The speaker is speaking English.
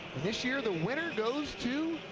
this year the winner goes to